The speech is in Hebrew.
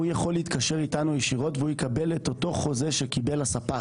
הוא יכול להתקשר איתנו ישירות והוא יקבל את אותו חוזה שקיבל הספק.